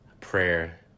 prayer